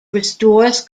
restores